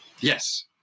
Yes